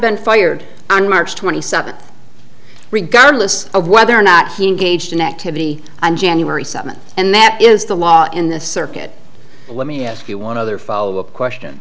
been fired on march twenty seventh regardless of whether or not he engaged in activity on january seventh and that is the law in the circuit let me ask you one other follow up question